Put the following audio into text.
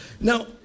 Now